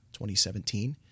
2017